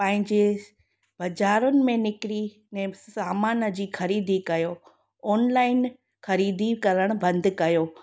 त पंहिंजे बज़ारुनि में निकिरी समान जी ख़रीदी कयो ऑनलाइन ख़रीदी करणु बंदि कयो